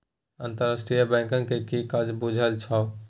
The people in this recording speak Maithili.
अंतरराष्ट्रीय बैंकक कि काज छै बुझल छौ?